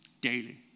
daily